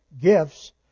gifts